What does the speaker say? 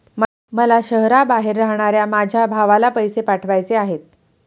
मला शहराबाहेर राहणाऱ्या माझ्या भावाला पैसे पाठवायचे आहेत